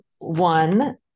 one